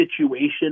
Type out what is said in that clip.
situation